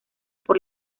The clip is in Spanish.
por